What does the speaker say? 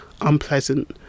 unpleasant